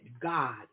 God